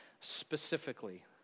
specifically